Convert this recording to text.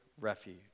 refuge